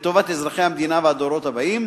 לטובת אזרחי המדינה והדורות הבאים,